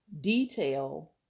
detail